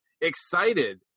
excited